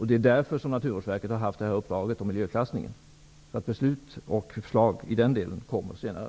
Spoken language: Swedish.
Det är därför Naturvårdsverket har haft i uppdrag att miljöklassa. Förslag och beslut i den delen kommer senare.